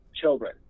children